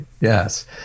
Yes